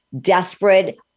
desperate